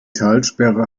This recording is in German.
talsperre